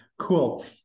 cool